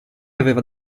aveva